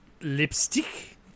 Lipstick